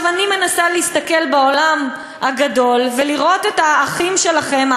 אני מנסה להסתכל בעולם הגדול ולראות את האחים שלכם,